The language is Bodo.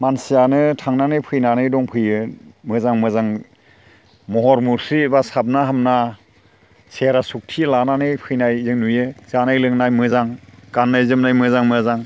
मानसियानो थांनानै फैनानै दंफैयो मोजां मोजां महर मुस्रि बा साबना हामना सेरा सफि लानानै फैनाय जों नुयो जानाय लोंनाय मोजां गाननाय जोमनाय मोजां मोजां